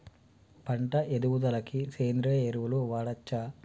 పంట ఎదుగుదలకి సేంద్రీయ ఎరువులు వాడచ్చా?